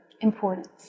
importance